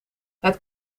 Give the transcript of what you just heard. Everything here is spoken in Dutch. het